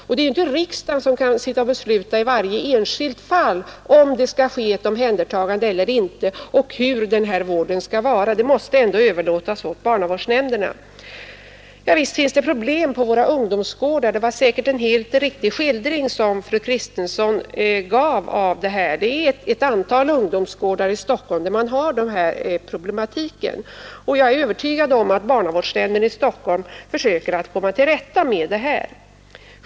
Och riksdagen kan ju inte sitta och besluta i varje enskilt fall, om det skall ske ett omhändertagande eller inte och om hur vården skall skötas. Det måste ändå överlåtas åt barnavårdsnämnderna. Visst finns det problem på våra ungdomsgårdar. Säkerligen var det en helt riktig skildring som fru Kristensson gav. Det är ett antal ungdomsgårdar i Stockholm där man har den här problematiken, och jag är övertygad om att barnavårdsnämnden i Stockholm försöker komma till rätta med svårigheterna.